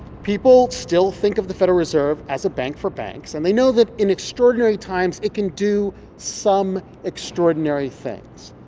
people still think of the federal reserve as a bank for banks, and they know that in extraordinary times, it can do some extraordinary things.